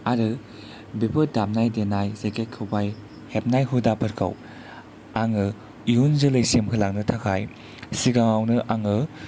आरो बेफोर दामनाय देनाय जेखाय खबाय हेबनाय हुदाफोरखौ आङो इयुन जोलैसिम होलांनो थाखाय सिगाङावनो आङो